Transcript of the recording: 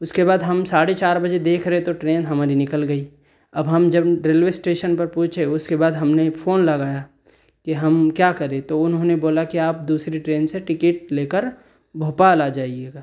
उसके बाद हम साढ़े चार बजे देख रहे तो ट्रेन हमारी निकल गई अब हम जब रेलवे स्टेशन पर पहुँचे उसके बाद हमने फ़ोन लगाया कि हम क्या करें तो उन्होंने बोला कि आप दूसरी ट्रेन से टिकेट लेकर भोपाल आ जाइएगा